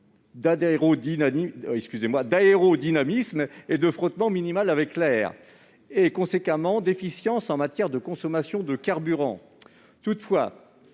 d'aérodynamisme, de frottement minimal avec l'air et, par voie de conséquence, d'efficience en matière de consommation de carburant. Toutefois,